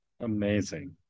Amazing